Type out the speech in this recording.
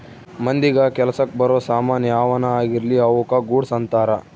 ಮಂದಿಗ ಕೆಲಸಕ್ ಬರೋ ಸಾಮನ್ ಯಾವನ ಆಗಿರ್ಲಿ ಅವುಕ ಗೂಡ್ಸ್ ಅಂತಾರ